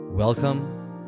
Welcome